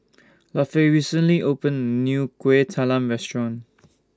Lafe recently opened New Kueh Talam Restaurant